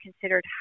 considered